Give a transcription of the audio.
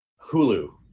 Hulu